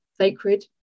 sacred